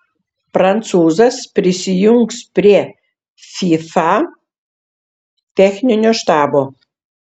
prancūzas prisijungs prie fifa techninio štabo